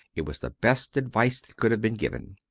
it was the best advice that could have been given.